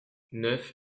neuf